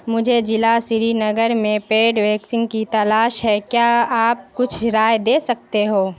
مجھے ضلع سری نگر میں پیڈ ویکسین کی تلاش ہے کیا آپ کچھ رائے دے سکتے ہو